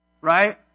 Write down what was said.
right